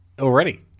Already